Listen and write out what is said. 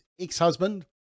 ex-husband